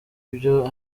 ibyo